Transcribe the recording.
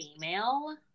female